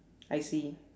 I see